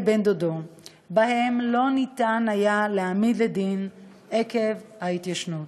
בן-דודו שבהם לא ניתן היה להעמידו לדין עקב התיישנות.